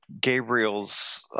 Gabriel's